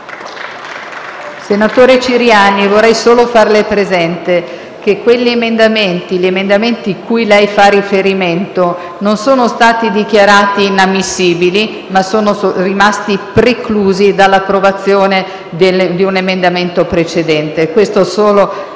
Senatore Ciriani, vorrei solo farle presente che gli emendamenti cui lei fa riferimento non sono stati dichiarati inammissibili, ma sono rimasti preclusi dalla reiezione di un emendamento precedente. Dico questo solo